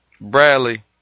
Bradley